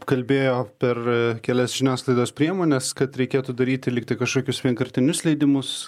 kalbėjo per kelias žiniasklaidos priemones kad reikėtų daryti lyg tai kažkokius vienkartinius leidimus